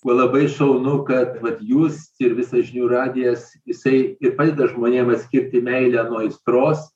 labai šaunu kad vat jūs ir visas žinių radijas jisai ir padeda žmonėm atskirti meilę nuo aistros